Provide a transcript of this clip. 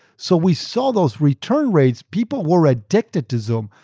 so we saw those return rates, people were addicted to zoom.